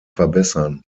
verbessern